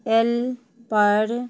L पर